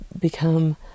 become